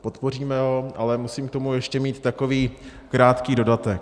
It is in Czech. Podpoříme ho, ale musím k tomu ještě mít takový krátký dodatek.